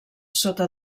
sota